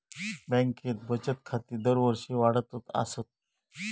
बँकेत बचत खाती दरवर्षी वाढतच आसत